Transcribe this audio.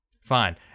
Fine